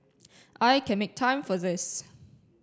I can make time for this